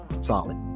solid